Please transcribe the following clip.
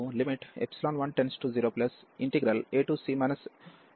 కాబట్టి ఇక్కడ మనకు 10⁡ac 1fxdx20⁡c2bfxdxఉంది